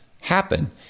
happen